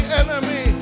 enemy